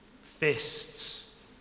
fists